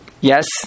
Yes